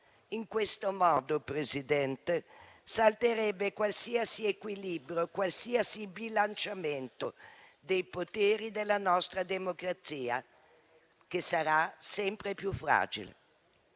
In questo modo, Presidente, salterebbero qualsiasi equilibrio e qualsiasi bilanciamento dei poteri della nostra democrazia, che sarà sempre più fragile.